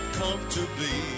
comfortably